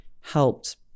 helped